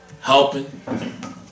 helping